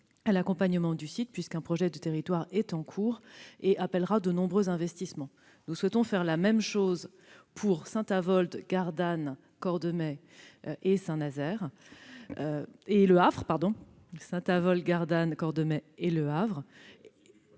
l'accompagnement du site, puisqu'un projet de territoire est en cours et appellera de nombreux investissements. Nous souhaitons faire la même chose pour les centrales de Saint-Avold, de Gardanne, de Cordemais et du Havre